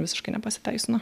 visiškai nepasiteisino